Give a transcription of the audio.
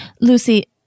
Lucy